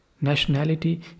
Nationality